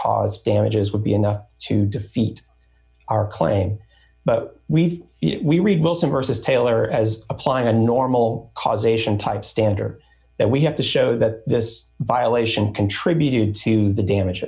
caused damages would be enough to defeat our claim but we think we read most immerses taylor as applying a normal causation type standard that we have to show that this violation contributed to the damage